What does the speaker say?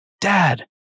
Dad